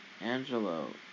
Angelo